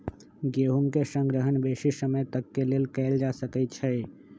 गेहूम के संग्रहण बेशी समय तक के लेल कएल जा सकै छइ